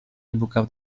dibuka